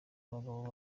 abagabo